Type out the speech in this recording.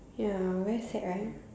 ya very sad right